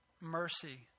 mercy